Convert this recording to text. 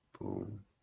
Boom